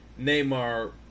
Neymar